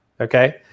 Okay